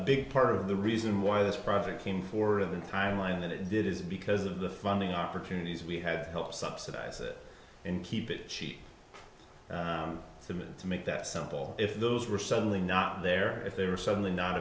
big part of the reason why this project came for the timeline that it did is because of the funding opportunities we have help subsidize it and keep it cheap to me to make that simple if those were suddenly not there if they were suddenly not